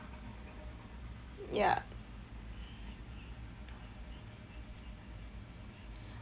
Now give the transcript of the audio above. ya